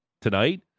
tonight